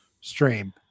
stream